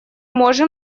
можем